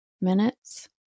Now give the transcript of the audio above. minutes